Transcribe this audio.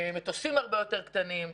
מטוסים הרבה יותר קטנים,